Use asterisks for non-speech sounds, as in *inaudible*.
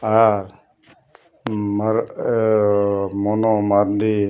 ᱟᱨ *unintelligible* ᱢᱚᱱᱳ Mardi